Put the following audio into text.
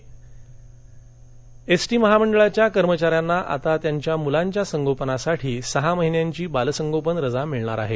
बालसंगोपन रजा एसटी महामंडळाच्या कर्मचाऱ्यांना आता त्यांच्या मुलांच्या संगोपनासाठी सहा महिन्यांची बालसंगोपन रजा मिळणार आहे